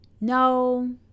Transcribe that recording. no